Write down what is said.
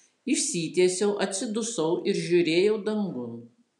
išsitiesiau atsidusau ir žiūrėjau dangun